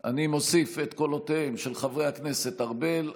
אני מוסיף את קולותיהם של חברי הכנסת ארבל,